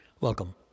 Welcome